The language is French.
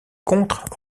contre